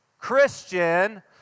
Christian